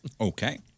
Okay